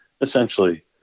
essentially